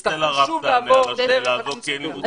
אז יצטרכו שוב לעבור דרך הקונסוליה.